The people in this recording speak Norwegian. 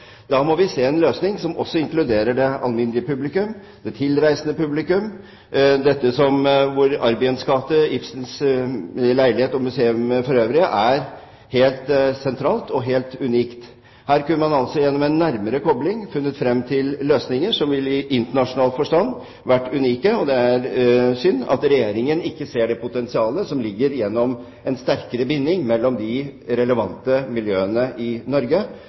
må se på en løsning som også inkluderer det alminnelige publikum og det tilreisende publikum, og hvor Arbins gate – Ibsens leilighet og museet for øvrig – er helt sentral og helt unik. Her kunne man gjennom en nærmere kobling funnet frem til løsninger som i internasjonal forstand ville vært unike. Det er synd at Regjeringen ikke ser det potensialet som ligger i en sterkere binding mellom de relevante miljøene i Norge